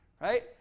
right